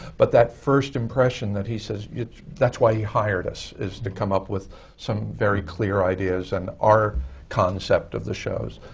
but that first impression that he says that's why he hired us is to come up with some very clear ideas and our concept of the shows.